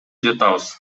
жатабыз